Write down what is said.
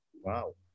Wow